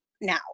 now